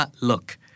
look